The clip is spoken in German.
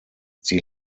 sie